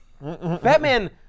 Batman